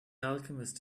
alchemist